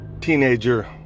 teenager